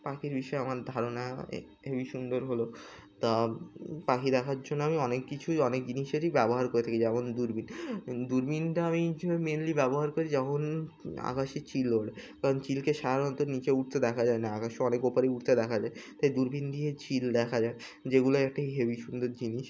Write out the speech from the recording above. পাখির বিষয়ে আমার ধারণা এ হেভি সুন্দর হলো তা পাখি দেখার জন্য আমি অনেক কিছুই অনেক জিনিসেরই ব্যবহার করে থাকি যেমন দূরবিন দূরবিনটা আমি হচ্ছে মেনলি ব্যবহার করি যখন আকাশে চিল ওড়ে কারণ চিলকে সাধারণত নিচে উড়তে দেখা যায় না আকাশে অনেক ওপরেই উড়তে দেখা যায় তাই দূরবিন দিয়ে চিল দেখা যায় যেগুলো একটি হেভি সুন্দর জিনিস